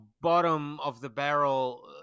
bottom-of-the-barrel